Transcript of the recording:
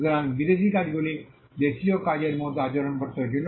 সুতরাং বিদেশী কাজগুলি দেশীয় কাজের মতো আচরণ করতে হয়েছিল